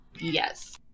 yes